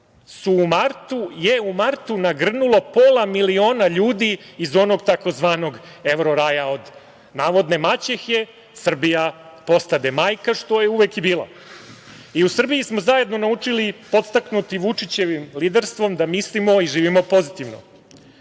je u martu nagrnulo pola miliona ljudi iz onog tzv. evroraja od navodne maćehe Srbija postade majka što je uvek i bila. I u Srbiji smo zajedno naučili, podstaknuti Vučićevim liderstvom da mislimo i živimo pozitivno. Znači,